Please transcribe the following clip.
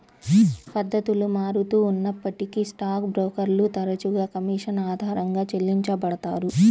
పద్ధతులు మారుతూ ఉన్నప్పటికీ స్టాక్ బ్రోకర్లు తరచుగా కమీషన్ ఆధారంగా చెల్లించబడతారు